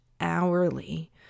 hourly